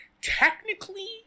Technically